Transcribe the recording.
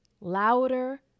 louder